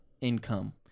income